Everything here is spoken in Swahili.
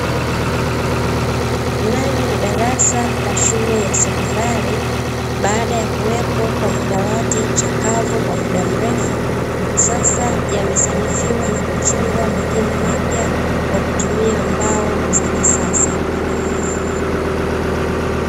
Ndani ya darasa la shule ya sekondari baada ya kuwepo kwa madawati chakavu kwa muda mrefu, sasa yamesanifiwa na kuchongwa mengine mapya kwa kutumika mbao za kisasa.